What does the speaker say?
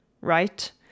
right